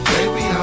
Baby